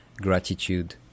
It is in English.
gratitude